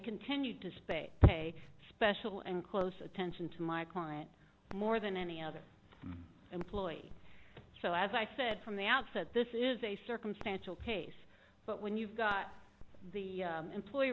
continued to space pay special and close attention to my client more than any other employee so as i said from the outset this is a circumstantial case but when you've got the employee